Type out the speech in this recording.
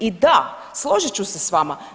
I da, složit ću se sa vama.